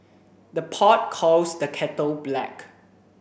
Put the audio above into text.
the pot calls the kettle black